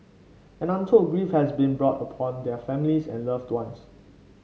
and untold grief has been brought upon their families and loved ones